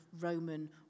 Roman